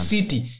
City